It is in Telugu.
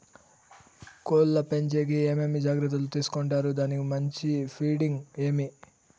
కోళ్ల పెంచేకి ఏమేమి జాగ్రత్తలు తీసుకొంటారు? దానికి మంచి ఫీడింగ్ ఏమి?